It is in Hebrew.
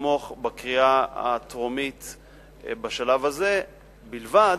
לתמוך בשלב הזה בקריאה הטרומית בלבד,